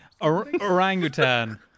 Orangutan